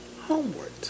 homeward